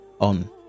on